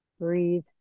breathe